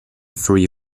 three